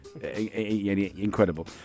incredible